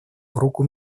руку